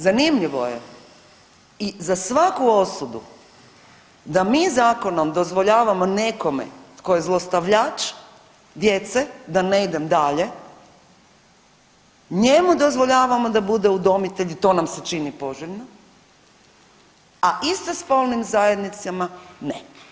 Zanimljivo je i za svaku osudu da mi zakonom dozvoljavamo nekome tko je zlostavljač djece, da ne idem dalje, njemu dozvoljavamo da bude udomitelj i to nam se čini poželjno, a istospolnim zajednicama ne.